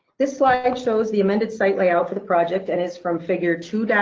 this slide like shows the amended site layout for the project and it's from figure two